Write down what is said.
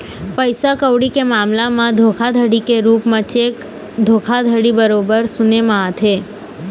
पइसा कउड़ी के मामला म धोखाघड़ी के रुप म चेक धोखाघड़ी बरोबर सुने म आथे ही